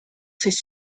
ses